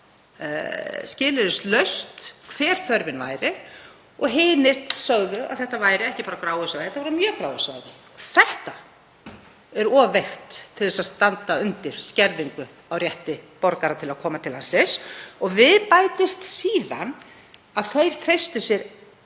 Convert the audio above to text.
skilyrðislaust hver þörfin væri og hinir sögðu að þetta væri ekki bara á gráu svæði heldur á mjög gráu svæði. Þetta er of veikt til að standa undir skerðingu á rétti borgaranna til að koma til landsins. Við bætist síðan að þessir